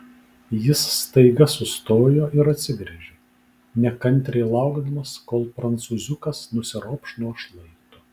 jis staiga sustojo ir atsigręžė nekantriai laukdamas kol prancūziukas nusiropš nuo šlaito